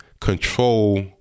control